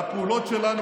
והפעולות שלנו,